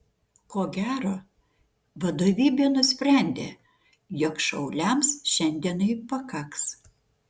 ko gero vadovybė nusprendė jog šauliams šiandienai pakaks